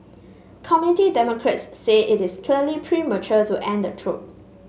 committee Democrats say it is clearly premature to end the probe